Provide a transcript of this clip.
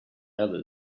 others